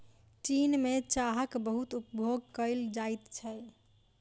चीन में चाहक बहुत उपभोग कएल जाइत छै